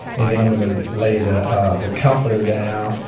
and then i'm gonna lay and the comforter down,